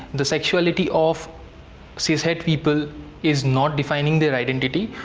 the sexuality of cis-het people is not defining their identity,